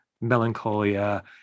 melancholia